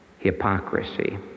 hypocrisy